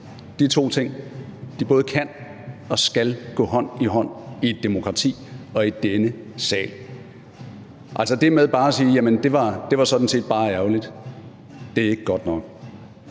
De to ting både kan og skal gå hånd i hånd i et demokrati – og i denne sal. Altså, det med bare at sige: Jamen, det var sådan set bare ærgerligt, er ikke godt nok.